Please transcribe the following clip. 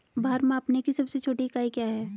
भार मापने की सबसे छोटी इकाई क्या है?